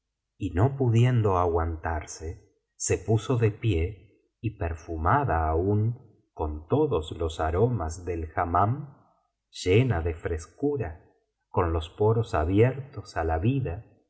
y no pudiendo aguantarse se puso de pie y perfumada aún con todos los aromas del hammam llena de frescura con los poros abiertos á la vida